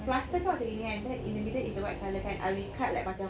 plaster kan macam gini kan then in the middle is the white colour kan I will cut like macam